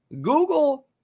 Google